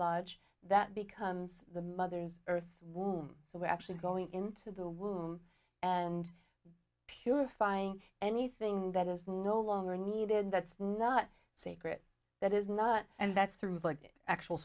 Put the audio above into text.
lodge that becomes the mother's earth's womb so we're actually going into the womb and purifying anything that is no longer needed that's not secret that is not and that's through the actual